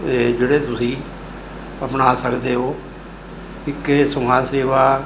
ਅਤੇ ਜਿਹੜੇ ਤੁਸੀਂ ਅਪਣਾ ਸਕਦੇ ਹੋ ਇੱਕ ਇਹ ਸਮਾਜ ਸੇਵਾ